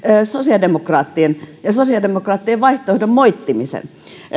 sosiaalidemokraattien ja sosiaalidemokraattien vaihtoehdon moittimisen